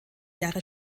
jahre